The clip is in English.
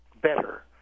better